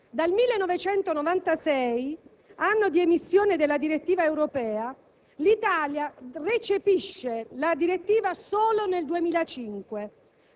Dal 1996, anno di emissione della direttiva europea, l'Italia recepisce la direttiva stessa solo nel 2005,